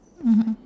mmhmm